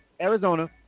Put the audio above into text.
Arizona